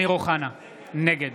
(קורא בשמות חברי הכנסת( אמיר אוחנה, נגד